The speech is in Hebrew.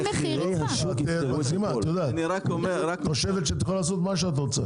זה ממש לא מחירי שוק מה שאתם נותנים